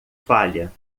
falha